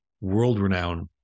world-renowned